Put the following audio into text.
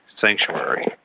sanctuary